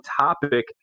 topic